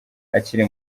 akiri